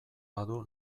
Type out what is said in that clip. badu